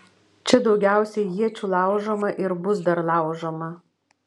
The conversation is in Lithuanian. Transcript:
čia daugiausiai iečių laužoma ir bus dar laužoma